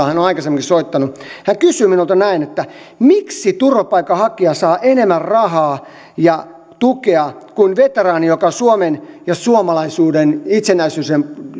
hän on aikaisemminkin soittanut hän kysyi minulta näin miksi turvapaikanhakija saa enemmän rahaa ja tukea kuin veteraani joka on suomen ja suomalaisuuden itsenäisyyden